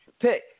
Pick